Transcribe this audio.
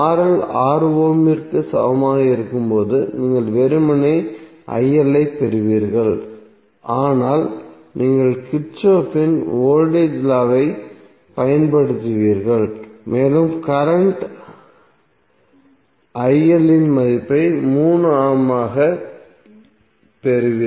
6 ஓமிற்கு சமமாக இருக்கும்போது நீங்கள் வெறுமனே ஐ பெறுவீர்கள் ஆனால் நீங்கள் கிர்ச்சோஃப்பின் வோல்டேஜ் லா வைப் Kirchhoff's voltage law பயன்படுத்துவீர்கள் மேலும் கரண்ட் இன் மதிப்பை 3A ஆகப் பெறுவீர்கள்